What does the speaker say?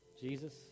Jesus